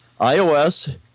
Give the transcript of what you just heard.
iOS